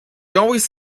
always